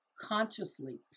consciously